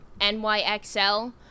NYXL